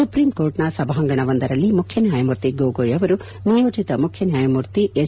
supreme ಕೋರ್ಟ್ನ ಸಭಾಂಗಣ ಒಂದರಲ್ಲಿ ಮುಖ್ಯನ್ನಾಯಮೂರ್ತಿ ಗೊಗೊಯ್ ಅವರು ನಿಯೋಜಿತ ಮುಖ್ಯನ್ಯಾಯಮೂರ್ತಿ ಎಸ್